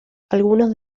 algunos